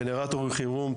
גנרטורים לחימום,